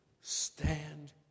Stand